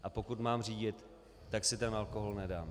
A pokud mám řídit, tak si ten alkohol nedám.